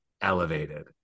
elevated